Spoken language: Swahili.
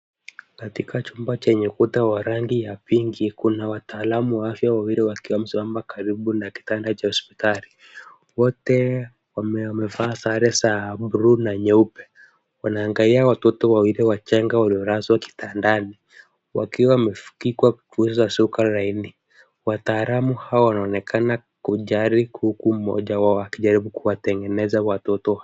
Katika chumba chenye ukuta wa rangi ya pinki kuna wataalamu wa afya wawili wakiwa wamesimama karibu na kitanda cha hospitali. Wote wamevaa sare za buluu na nyeupe. Wanaangalia watoto wawili wachanga waliolazwa kitandani wakiwa wamefukikwa kwa shuka laini. Wataalamu hawa wanaonekana kujali huku mmoja wao akijaribu kuwatengeneza watoto .